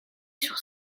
sur